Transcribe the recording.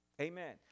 Amen